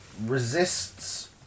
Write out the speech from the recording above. resists